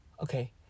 okay